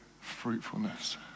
fruitfulness